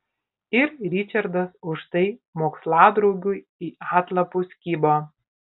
ir ričardas už tai moksladraugiui į atlapus kibo